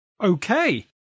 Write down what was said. Okay